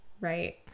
Right